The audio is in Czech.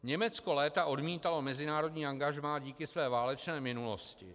Německo léta odmítalo mezinárodní angažmá díky své válečné minulosti.